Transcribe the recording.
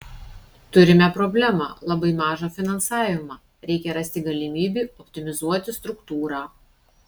turime problemą labai mažą finansavimą reikia rasti galimybių optimizuoti struktūrą